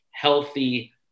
Healthy